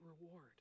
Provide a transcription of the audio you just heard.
reward